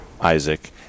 Isaac